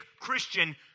Christian